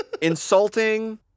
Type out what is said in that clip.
Insulting